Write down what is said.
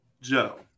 Joe